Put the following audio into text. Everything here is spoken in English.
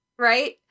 Right